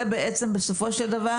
בסופו של דבר,